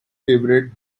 favourite